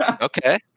Okay